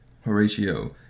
Horatio